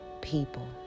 people